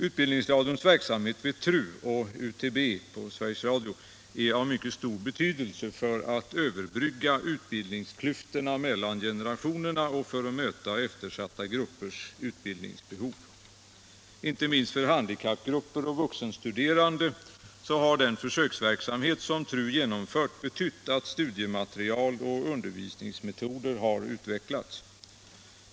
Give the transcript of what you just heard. Utbildningsradions verksamhet vid TRU och UTB på SR är av mycket stor betydelse för att överbrygga utbildningsklyftor mellan generationerna och för att möta eftersatta gruppers utbildningsbehov. Inte minst för handikappgrupper och vuxenstuderande har den försöksverksamhet som TRU genomfört betytt att studiematerial och undervisningsmetoder har utvecklats.